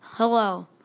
Hello